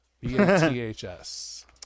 B-A-T-H-S